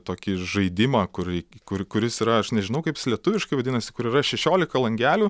tokį žaidimą kur kur kuris yra aš nežinau kaip jisai lietuviškai vadinasi kur yra šešiolika langelių